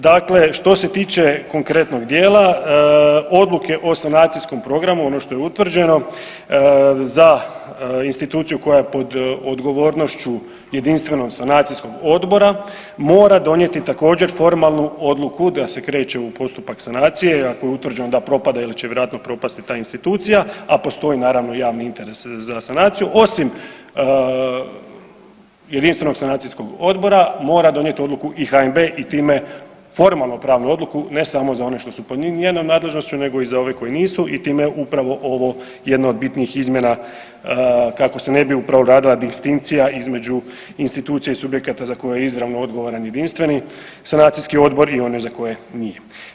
Dakle, što se tiče konkretnog dijela odluke o sanacijskom programu ono što je utvrđeno za instituciju koja je pod odgovornošću jedinstvenog sanacijskog odbora mora donijeti također formalnu odluku da se kreće u postupak sanacije jer ako je utvrđeno da propada ili će vjerojatno propasti ta institucija, a postoji naravno javni interes za sanaciju osim jedinstvenog sanacijskog odbora mora donijeti odluku i HNB i time formalno pravnu odluku ne samo za one što su pod njenom nadležnošću nego i za ove koje nisu i time je upravo ovo jedna od bitnijih izmjena kako se ne bi upravo radila distinkcija između institucija i subjekata za koje je izravno odgovoran jedinstveni sanacijski odbor i one za koje nije.